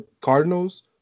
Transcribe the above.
Cardinals